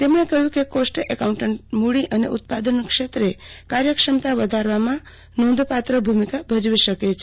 તેમણે કહ્યું કે કોસ્ટ એકાઉન્ટન્ટ મૂડી અને ઉત્પાદન ક્ષેત્રે કાર્યક્ષમતા વધારવામાં નોંધપાત્ર ભૂમિકા ભજવી શકે છે